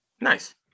Nice